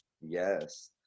Yes